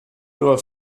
nur